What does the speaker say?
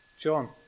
John